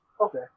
Okay